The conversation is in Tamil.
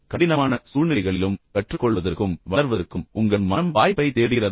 கடினமான சூழ்நிலைகளிலும் கற்றுக்கொள்வதற்கும் வளர்வதற்கும் உங்கள் மனம் வாய்ப்பைத் தேடுகிறதா